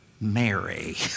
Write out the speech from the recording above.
Mary